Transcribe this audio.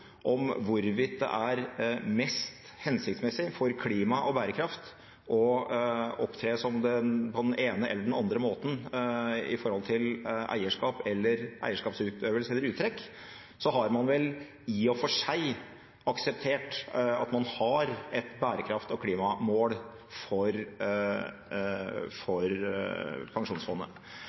om hvorvidt det er mest hensiktsmessig for klima og bærekraft å opptre på den ene eller den andre måten når det gjelder eierskap, eierskapsutøvelse eller -uttrekk, har man vel i og for seg akseptert at man har et bærekraft- og klimamål for pensjonsfondet.